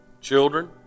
Children